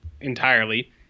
entirely